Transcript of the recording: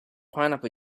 pineapple